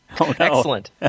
Excellent